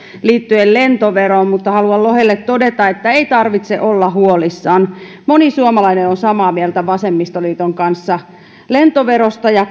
liittyen lentoveroon mutta haluan lohelle todeta että ei tarvitse olla huolissaan moni suomalainen on samaa mieltä vasemmistoliiton kanssa lentoverosta ja